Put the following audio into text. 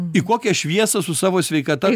į kokią šviesą su savo sveikata